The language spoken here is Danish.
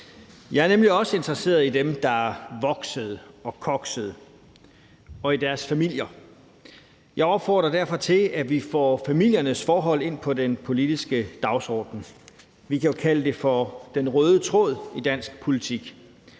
Jeg er nemlig også interesseret i dem, der voksede og koksede, og i deres familier. Jeg opfordrer derfor til, at vi får familiernes forhold ind på den politiske dagsorden. Vi kan jo kalde det for den røde tråd i dansk politik.